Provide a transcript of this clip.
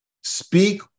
speak